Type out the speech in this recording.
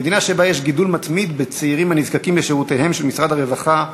במדינה שבה יש גידול מתמיד בצעירים הנזקקים לשירותיו של משרד הרווחה,